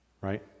Right